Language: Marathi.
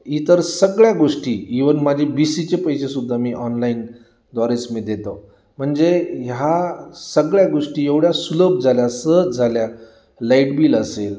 इतर सगळ्या गोष्टी इव्हन माझे बी सी चे पैसेंसुद्धा मी ऑनलाईन द्वारेच मी देतो म्हणजे ह्या सगळ्या गोष्टी एवढ्या सुलभ झाल्या सहज झाल्या लाईट बिल असेल